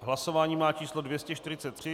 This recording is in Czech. Hlasování má číslo 243.